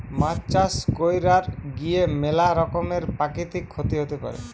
মাছ চাষ কইরার গিয়ে ম্যালা রকমের প্রাকৃতিক ক্ষতি হতে পারে